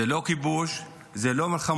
הוא לא כיבוש, הוא לא מלחמות,